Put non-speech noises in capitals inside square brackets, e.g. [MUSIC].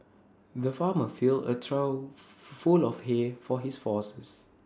the farmer filled A trough [NOISE] full of hay for his horses